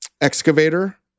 Excavator